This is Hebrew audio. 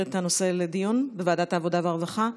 את הנושא לדיון בוועדת העבודה והרווחה?